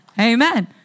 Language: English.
Amen